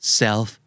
self